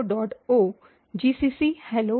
O GCC hello